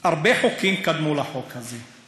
הרבה חוקים קדמו לחוק הזה,